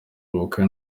ubukwe